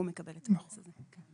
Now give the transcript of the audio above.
הוא מקבל את הקנס הזה.